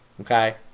Okay